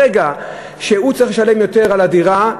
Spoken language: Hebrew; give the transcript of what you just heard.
ברגע שהוא צריך לשלם יותר על הדירה,